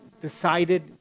decided